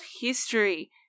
history